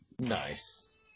Nice